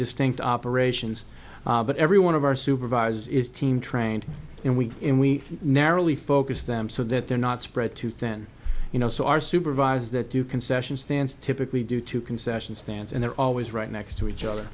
distinct operations but every one of our supervisors is team trained and we and we narrowly focused them so that they're not spread too thin you know so our supervisors that do concession stands typically do two concession stands and they're always right next to each other